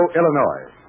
Illinois